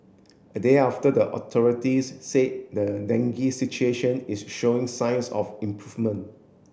a day after the authorities say the dengue situation is showing signs of improvement